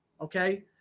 Okay